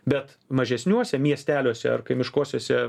bet mažesniuose miesteliuose ar kaimiškuosiuose